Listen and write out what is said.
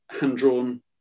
hand-drawn